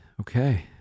Okay